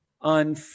un